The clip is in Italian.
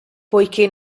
poiché